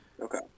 Okay